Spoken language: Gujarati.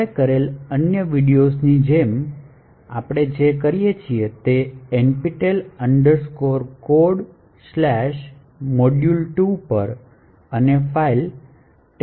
આપણે કરેલી અન્ય વિડિઓઝની જેમ આપણે જઈએ છીએ nptel codesmodule2 પર અને ફાઇલ testcode